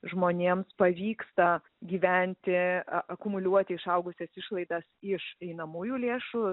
žmonėms pavyksta gyventi a akumuliuoti išaugusias išlaidas iš einamųjų lėšų